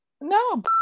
No